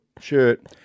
shirt